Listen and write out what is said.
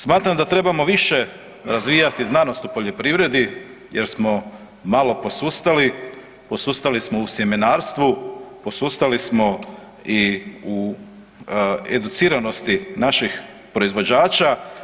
Smatram da trebamo više razvijati znanost o poljoprivredi jer smo malo posustali, posustali smo u sjemenarstvu, posustali smo i u educiranosti naših proizvođača.